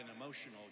emotional